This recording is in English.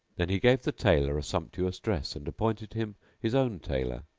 then he gave the tailor a sumptuous dress and appointed him his own tailor,